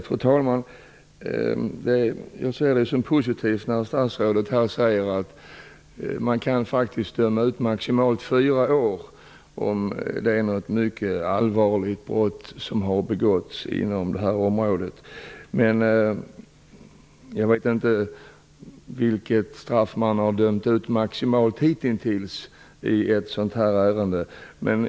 Fru talman! Jag ser det som positivt att statsrådet säger att man faktiskt kan dömas till maximalt fyra års fängelse, om något mycket allvarligt brott har begåtts inom detta område. Jag vet inte vilket straff som någon maximalt har dömts till hitintills i ett sådant ärende.